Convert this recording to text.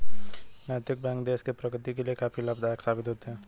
नैतिक बैंक देश की प्रगति के लिए काफी लाभदायक साबित होते हैं